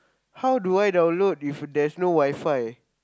how do I download if there's no WiFi